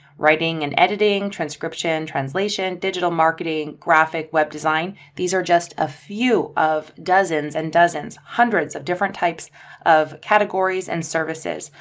writing and editing, transcription, translation, digital marketing, graphic web design, these are just a few of dozens and dozens, hundreds of different types of categories and services,